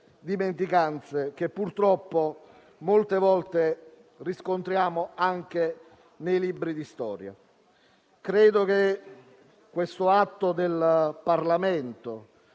dimenticanze che purtroppo molte volte riscontriamo anche nei libri di storia. Credo che questo atto del Parlamento